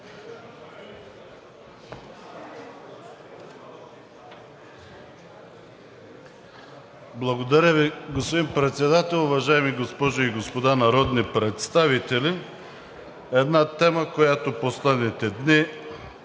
Благодаря Ви, господин Председател. Уважаеми госпожи и господа народни представители! Една тема, която в последните дни